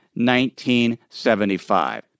1975